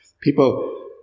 People